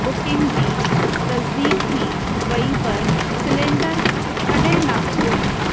booking जी तज़दीक थी वई पर सिलेंडर कॾहिं न मिलियो